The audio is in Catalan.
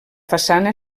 façana